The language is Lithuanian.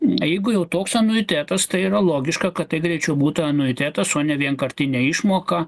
jeigu jau toks anuitetas tai yra logiška kad tai greičiau būtų anuitetas o ne vienkartinė išmoka